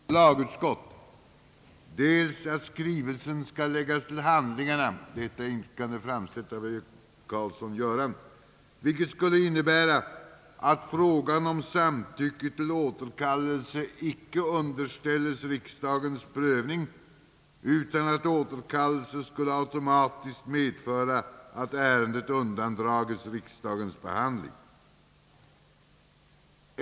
Under överläggningen har yrkats dels att Kungl. Maj:ts förevarande skrivelse skall remitteras till lagutskott, dels att skrivelsen skall läggas till handlingarna, vilket skulle innebära att frågan om samtycke till återkallelsen icke underställes riksdagens prövning utan att återkallelsen skulle automatiskt medföra att ärendet undandrages riksdagens behandling.